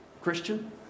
Christian